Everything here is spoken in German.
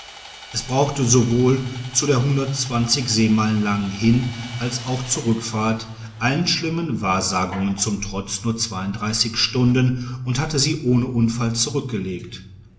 es brauchte sowohl zu der seemeilen langen hin als auch zurückfahrt allen schlimmen wahrsagungen zum trotze nur stunden und hatte sie ohne unfall zurückgelegt